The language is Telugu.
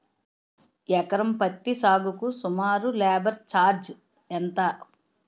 ఎకరం పత్తి సాగుకు సుమారు లేబర్ ఛార్జ్ ఎంత?